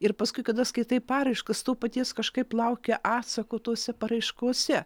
ir paskui kada skaitai paraiškas to paties kažkaip lauki atsako tose paraiškose